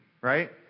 Right